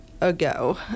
ago